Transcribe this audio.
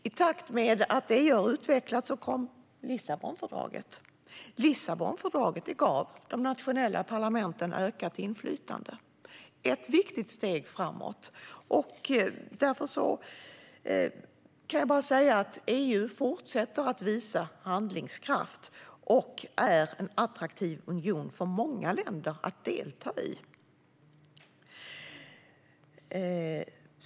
I takt med att EU utvecklades kom Lissabonfördraget. Lissabonfördraget gav de nationella parlamenten ökat inflytande. Det var ett viktigt steg framåt. EU fortsätter att visa handlingskraft och är en attraktiv union för många länder att delta i.